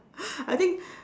I think